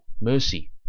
Mercy